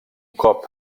cop